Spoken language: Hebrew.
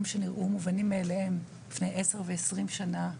שנראו מובנים מאליהם לפני 20-10 שנה,